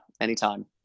Anytime